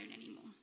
anymore